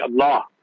Allah